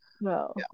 no